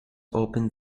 open